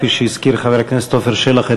כפי שהזכיר חבר הכנסת עפר שלח,